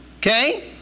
Okay